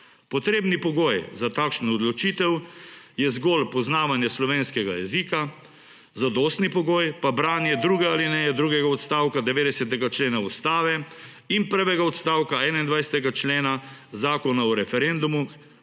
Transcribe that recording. Potrebni pogoj za takšno odločitev je zgolj poznavanje slovenskega jezika, zadostni pogoj pa branje druge alineje drugega odstavka 90. člena ustave in prvega odstavka 21. člena Zakona o referendumu